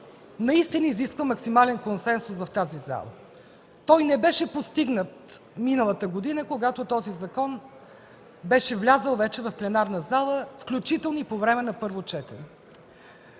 наистина изисква максимален консенсус в тази зала. Той не беше постигнат миналата година, когато този закон беше влязъл вече в пленарната зала, включително и по време на първо четене.